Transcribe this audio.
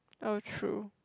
oh true